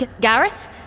gareth